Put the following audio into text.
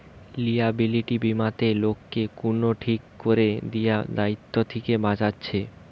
liability বীমাতে লোককে কুনো ঠিক কোরে দিয়া দায়িত্ব থিকে বাঁচাচ্ছে